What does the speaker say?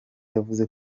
yavuze